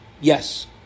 yes